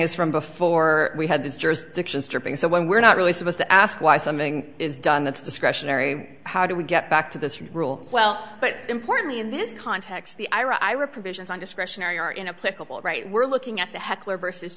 is from before we had this jurisdiction stripping so when we're not really supposed to ask why something is done that's discretionary how do we get back to this rule well but importantly in this context the ira ira provisions on discretionary are in a political right we're looking at the heckler versus